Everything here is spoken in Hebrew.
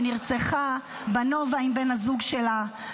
שנרצחה בנובה עם בן הזוג שלה.